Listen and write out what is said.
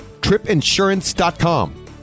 tripinsurance.com